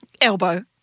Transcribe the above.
Elbow